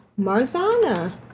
Marzana